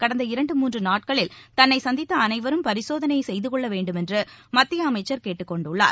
கடந்த இரண்டு மூன்று நாட்களில் தன்னை சந்தித்த அனைவரும் பரிசோதனை செய்துகொள்ள வேண்டுமென்று மத்திய அமைச்சர் கேட்டுக்கொண்டுள்ளார்